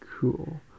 Cool